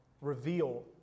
reveal